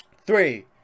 Three